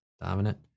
dominant